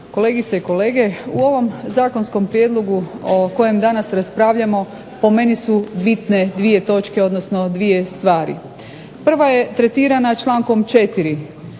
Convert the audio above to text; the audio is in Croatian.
kolegice i kolege zastupnici. O ovom zakonskom prijedlogu o kojem danas raspravljamo po meni su bitne dvije stvari. Prva je tretirana člankom 4.